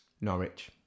Norwich